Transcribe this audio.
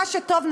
מה שטוב,